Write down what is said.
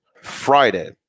Friday